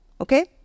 Okay